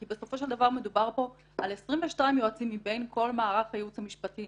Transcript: כי בסופו של דבר מדובר פה על 22 יועצים מבין כל מערך הייעוץ המשפטי